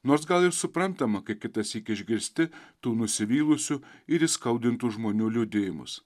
nors gal ir suprantama kai kitąsyk išgirsti tų nusivylusių ir įskaudintų žmonių liudijimus